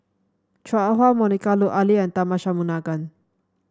Chua Ah Huwa Monica Lut Ali and Tharman Shanmugaratnam